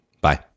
Bye